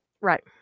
Right